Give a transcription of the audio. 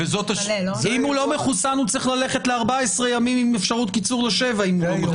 אם הוא לא מחוסן הוא צריך ללכת ל-14 ימים עם אפשרות קיצור לשבעה.